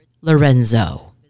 Lorenzo